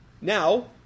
Now